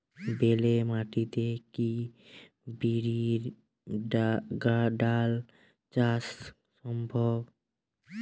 বেলে মাটিতে কি বিরির ডাল চাষ সম্ভব?